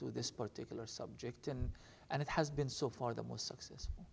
to this particular subject and and it has been so for the most success